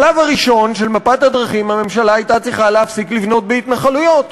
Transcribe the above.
בשלב הראשון של מפת הדרכים הממשלה הייתה צריכה להפסיק לבנות בהתנחלויות.